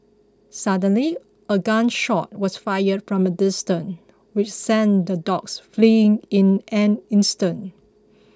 suddenly a gun shot was fired from a distance which sent the dogs fleeing in an instant